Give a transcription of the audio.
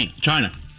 China